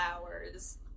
hours